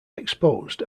exposed